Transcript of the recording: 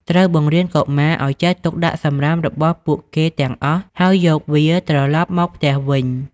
ត្រូវបង្រៀនកុមារឱ្យចេះ ទុកដាក់សំរាម របស់ពួកគេទាំងអស់ ហើយយកវាត្រឡប់មកផ្ទះវិញ។